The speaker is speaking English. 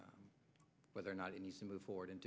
whether or not it needs to move forward